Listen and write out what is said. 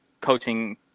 coaching